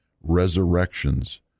resurrections